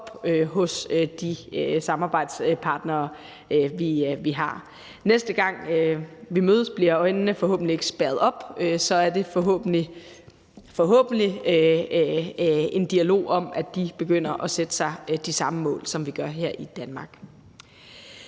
på de samarbejdspartnere, vi har. Næste gang vi mødes, bliver øjnene forhåbentlig ikke spærret op, men der er forhåbentlig en dialog om, at de begynder at sætte sig de samme mål, som vi har her i Danmark.